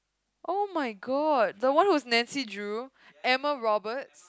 [oh]-my-god the one who's Nancy-Drew Emma-Roberts